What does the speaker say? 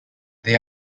they